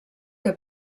que